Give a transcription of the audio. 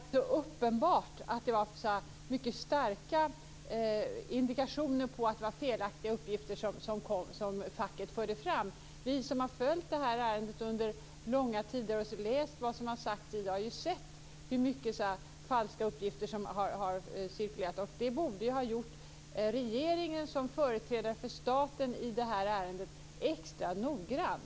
Fru talman! Per Lager talar om lite osäkra uppgifter. Det är uppenbart att det fanns mycket starka indikationer på att det var felaktiga uppgifter som facket förde fram. Vi som har följt detta ärende under långa tider och läst om vad som har sagts har sett hur många falska uppgifter som har cirkulerat. Det borde ha gjort regeringen som företrädare för staten i detta ärende extra noggrann.